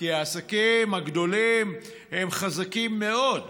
כי העסקים הגדולים הם חזקים מאוד.